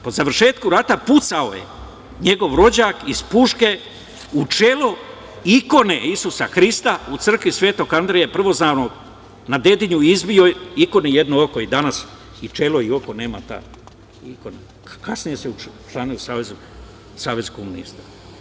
Po završetku rata, pucao je njegov rođak iz puške u čelo ikone Isusa Hrista u crkvi Svetog Andreje Prvozvanog na Dedinju, izbio je ikoni jedno oko i danas i čelo i oko nema ta ikona kasnije se učlanio u savez komunista.